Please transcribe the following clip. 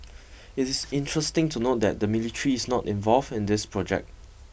it is interesting to note that the military is not involved in this project